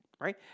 right